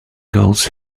girls